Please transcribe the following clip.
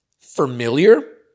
familiar